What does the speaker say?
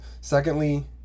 Secondly